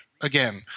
again